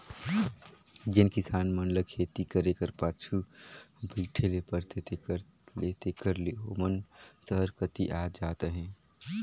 जेन किसान मन ल खेती करे कर पाछू बइठे ले परथे तेकर ले तेकर ले ओमन सहर कती आत जात अहें